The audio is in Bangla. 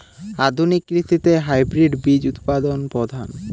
আধুনিক কৃষিতে হাইব্রিড বীজ উৎপাদন প্রধান